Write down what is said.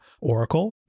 Oracle